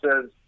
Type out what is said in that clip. says